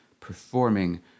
performing